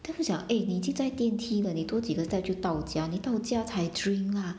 then 就讲 eh 你已经在电梯了你多几个 step 就到家你到家才 drink lah